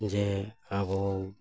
ᱡᱮ ᱟᱵᱚ